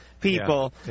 people